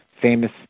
famous